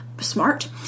Smart